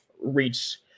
reach